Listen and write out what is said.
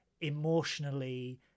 emotionally